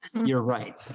you're right.